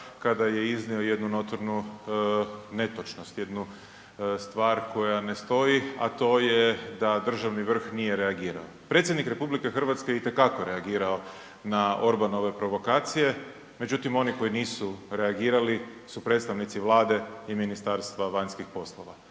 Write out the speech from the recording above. kada je iznio jednu notornu netočnost, jednu stvar koja ne stoji, a to je da državni vrh nije reagirao. Predsjednik RH itekako je reagirao na Orbanove provokacije, međutim oni koji nisu reagirali su predstavnici Vlade i Ministarstva vanjskih poslova.